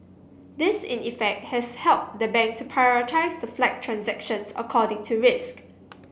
this in effect has helped the bank to prioritise the flagged transactions according to risk